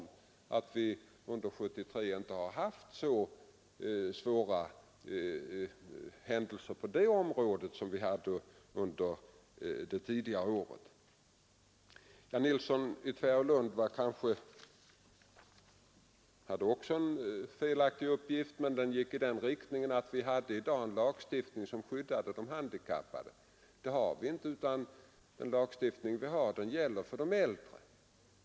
Under 1973 har vi inte upplevt så svåra händelser på det området som under tidigare år. Också herr Nilsson i Tvärålund lämnade en felaktig uppgift, nämligen att vi i dag har en lagstiftning som skyddar de handikappade. Det har vi emellertid inte, utan den nuvarande lagstiftningen ger skydd för de äldre.